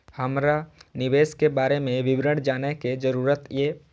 हमरा निवेश के बारे में विवरण जानय के जरुरत ये?